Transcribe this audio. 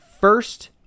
first